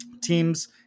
Teams